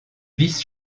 vice